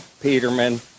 Peterman